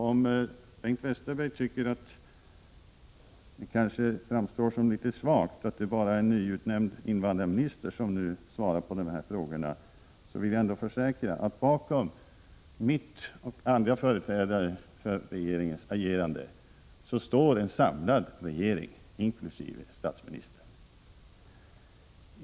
Om Bengt Westerberg tycker att det är litet svagt att det bara är en nyutnämnd invandrarminister som nu svarar på dessa frågor, vill jag försäkra att bakom mitt och andra regeringsföreträdares agerande står en samlad regering, inkl. statsministern.